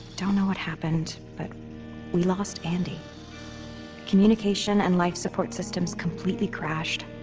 don't know what happened, but we lost andi communication and life support systems completely crashed.